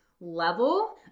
level